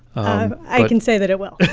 i can say that it will